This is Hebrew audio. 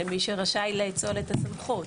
למי שרשאי לאצול את הסמכות,